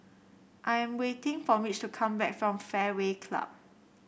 I am waiting for Mitch to come back from Fairway Club